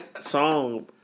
song